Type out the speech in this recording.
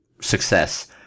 success